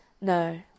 No